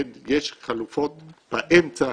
יש חלופות באמצע,